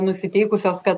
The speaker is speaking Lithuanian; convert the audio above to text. nusiteikusios kad